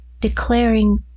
declaring